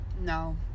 No